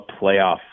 playoff